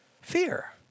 fear